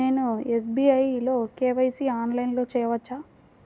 నేను ఎస్.బీ.ఐ లో కే.వై.సి ఆన్లైన్లో చేయవచ్చా?